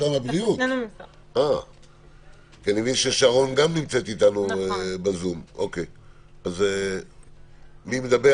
הגורם